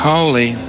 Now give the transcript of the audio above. Holy